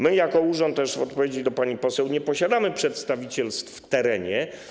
My jako urząd - też odpowiadam pani poseł - nie posiadamy przedstawicielstw w terenie.